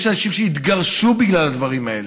יש אנשים שהתגרשו בגלל הדברים האלה,